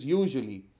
usually।